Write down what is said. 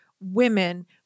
women